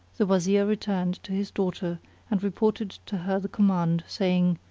the wazir returned to his daughter and reported to her the command saying,